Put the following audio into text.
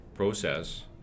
process